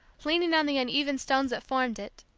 leaning on the uneven stones that formed it,